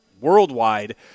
worldwide